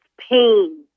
pain